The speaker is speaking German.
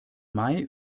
mai